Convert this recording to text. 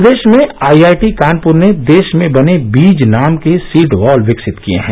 प्रदेश में आईआईटी कानपुर ने देश में बने बीज नाम के सीड बॉल विकसित किए हैं